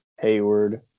Hayward –